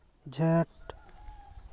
ᱡᱷᱮᱸᱴ